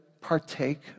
partake